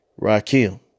Rakim